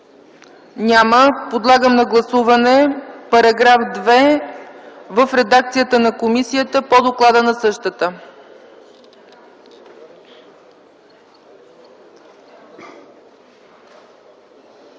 Няма. Подлагам на гласуване § 2 в редакцията на комисията по доклада на същата.